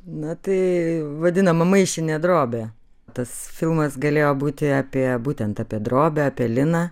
na tai vadinama maišinė drobė tas filmas galėjo būti apie būtent apie drobę apie liną